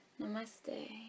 Namaste